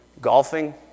golfing